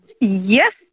Yes